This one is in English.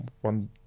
one